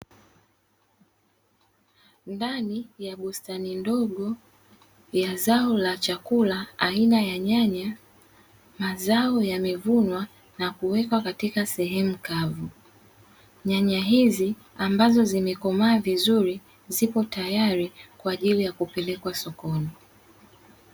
Ndani ya bustani ndogo ya zao la chakula aina ya nyanya mazao yamevunwa na kuwekwa katika sehemu kavu; nyanya hizi ambazo zimekomaa vizuri ziko tayari kwa ajili ya kupelekwa sokoni.